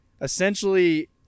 essentially